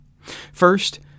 First